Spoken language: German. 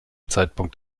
zeitpunkt